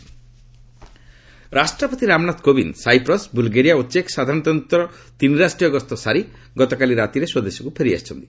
president ରାଷ୍ଟ୍ରପତି Ramnath Kovind Cyprus Bulgaria ଓ ଚେକ୍ ସାଧାରଣତନ୍ତ୍ରକୁ ତ୍ରିରାଷ୍ଟ୍ରୀୟ ଗସ୍ତ ସାରି ଗତକାଲି ରାତିରେ ସ୍ୱଦେଶକୁ ଫେରିଆସିଛନ୍ତି